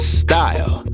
style